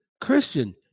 Christian